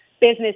business